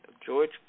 George